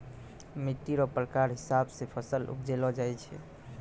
मिट्टी रो प्रकार हिसाब से फसल उपजैलो जाय छै